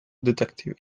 detective